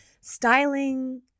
styling